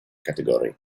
category